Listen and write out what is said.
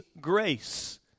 grace